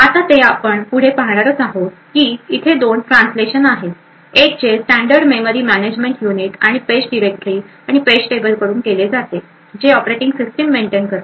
आता ते आपण पुढे पाहणारच आहोतकी इथे दोन ट्रान्सलेशन आहेत एक जे स्टॅंडर्ड मेमरी मॅनेजमेंट युनिट आणि पेज डिरेक्टरी आणि पेजटेबल कडून केले जाते जे ऑपरेटिंग सिस्टिम मेंटेन करते